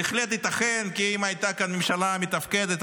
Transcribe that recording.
בהחלט ייתכן כי אם הייתה כאן ממשלה מתפקדת,